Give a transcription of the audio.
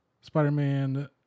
Spider-Man